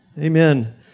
amen